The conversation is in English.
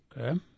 Okay